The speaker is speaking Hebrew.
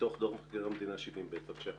מתוך דוח מבקר המדינה 70ב, בבקשה.